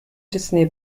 disney